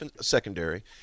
secondary